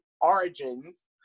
origins